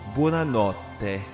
Buonanotte